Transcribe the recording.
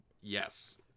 Yes